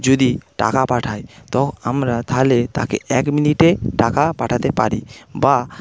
যদি টাকা পাঠাই তো আমরা তাহলে তাকে এক মিনিটে টাকা পাঠাতে পারি বা